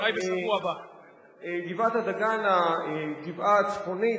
גבעת-הדגן, הגבעה הצפונית